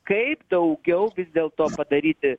kaip daugiau vis dėlto padaryti